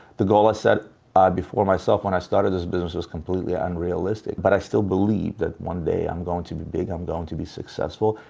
the goal i set ah before myself when i started this business was completely ah unrealistic, but i still believe that one day i'm going to be big i'm going to be successful.